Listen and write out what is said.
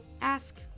ask